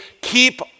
Keep